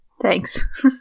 Thanks